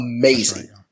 amazing